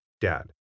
Dad